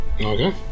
Okay